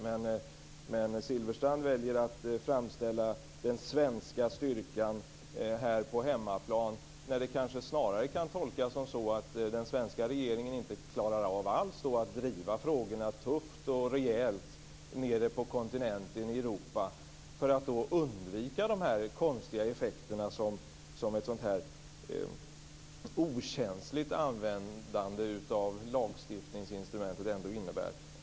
Men Silfverstrand väljer att framställa den svenska styrkan här på hemmaplan, när det kanske snarare kan tolkas som så att den svenska regeringen inte alls klarar av att driva frågorna tufft och rejält nere på kontinentala Europa för att undvika de konstiga effekter som ett sådant här okänsligt användande av lagstiftningsinstrumentet ändå innebär.